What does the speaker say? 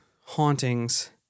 hauntings